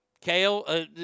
Kale